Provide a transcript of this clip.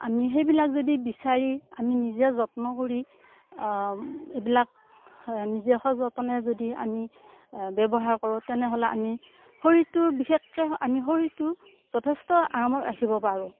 আমি সেইবিলাক যদি বিচাৰি আমি নিজে যত্ন কৰি এইবিলাক নিজে সযতনে যদি আমি ব্যৱহাৰ কৰোঁ তেনেহলে আমি শৰীৰটো বিশেষকে আমি শৰীৰটো যথেষ্ট আৰামত ৰাখিব পাৰোঁ